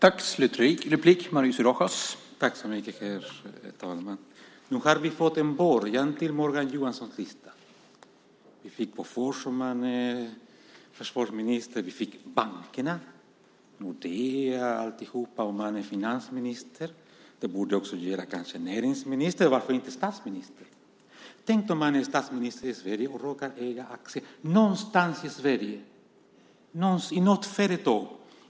Herr talman! Nu har vi fått en början på Morgan Johanssons lista. Det är Bofors om man är försvarsminister, och det är bankerna - Nordea och alltihop - om man är finansminister. Det borde kanske också gälla näringsministern, och varför inte statsministern? Tänk om man är statsminister i Sverige och råkar äga aktier i något företag någonstans i Sverige?